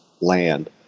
land